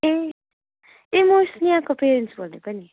ए ए म सियाको पेरेन्टस बोलेको नि